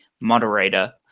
moderator